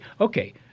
Okay